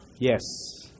Yes